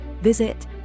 visit